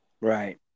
Right